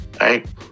right